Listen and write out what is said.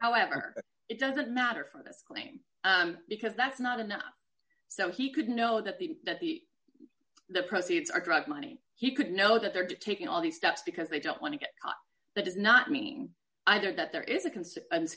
however it doesn't matter from this claim because that's not enough so he could know that the that the the proceeds are drug money he could know that they're taking all these steps because they don't want to get caught that does not mean i don't that there is a concern